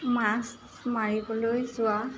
মাছ মাৰিবলৈ যোৱা